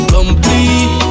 Complete